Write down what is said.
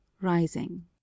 rising